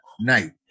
night